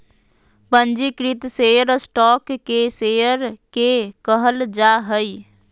पंजीकृत share stock के share के कहल जा हइ